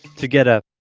to get a.